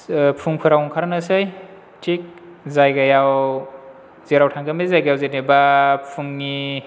फुंफोराव ओंखारनोसै थिक जायगायाव जेराव थांगोन बे जायगायाव जेनोबा फुंनि